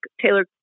Taylor